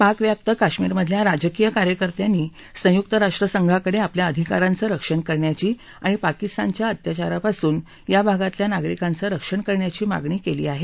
पाकव्याप्त काश्मिरमधल्या राजकीय कार्यकर्त्यांनी संयुक राष्ट्रसंघाकडे आपल्या अधिकारांचं रक्षण करण्याची आणि पाकिस्तानच्या अत्याचारापासून या भागातल्या नागरिकांचं रक्षण करण्याची मागणी केली आहे